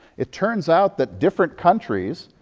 it turns out that different countries,